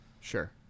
Sure